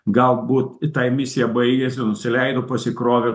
galbūt tai misija baigėsi nusileido pasikrovė